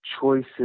choices